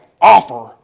offer